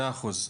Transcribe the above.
מאה אחוז.